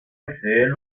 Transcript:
acceder